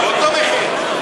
אותו מחיר.